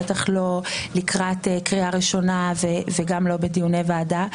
בטח לא לקראת קריאה ראשונה וגם לא בדיוני ועדה.